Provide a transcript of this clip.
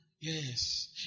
Yes